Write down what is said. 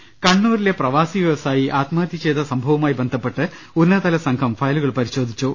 രദേഷ്ടെടു കണ്ണൂരിലെ പ്രവാസി വ്യവസായി ആത്മഹത്യ ചെയത സംഭവവുമായി ബന്ധപ്പെട്ട് ഉന്നതതല സംഘം ഫയലുകൾ പരിശോധിച്ചു